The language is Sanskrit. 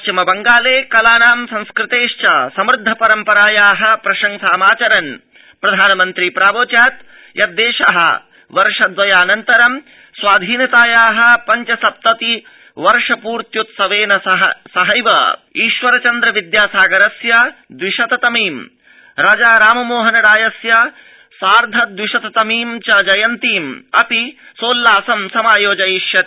पश्चिम बंगाले कलानां संस्कृतेश्व समुद्ध परम्परायाः प्रशंसामाचरन् प्रधानमन्त्री प्रावोचत् यद देशः वर्षद्वयाऽनन्तरं स्वाधीनतायाः पञ्च सप्तति वर्ष पूर्त्यृत्सवेन सहर्द्वईश्वर चन्द्र विद्यासागरस्य द्विशत तमीं राजा राममोहन रायस्य सार्ध द्विशत तमीं च जयन्तीमपि सोल्लासं समायोजयिष्यति